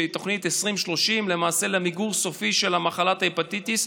שהיא תוכנית 2030 למיגור סופי של מחלת ההפטיטיס,